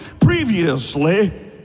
previously